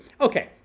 Okay